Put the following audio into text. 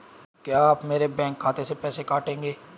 क्या आप मेरे बैंक खाते से पैसे काटेंगे?